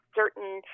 certain